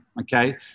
Okay